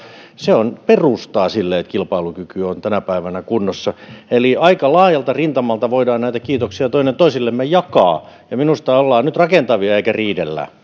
se on perustaa sille että kilpailukyky on tänä päivänä kunnossa eli aika laajalta rintamalta voidaan näitä kiitoksia toinen toisillemme jakaa minusta ollaan nyt rakentavia eikä riidellä